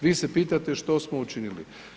Vi se pitate što smo učinili?